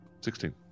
sixteen